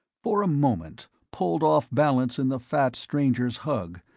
for a moment, pulled off balance in the fat stranger's hug,